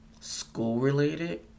school-related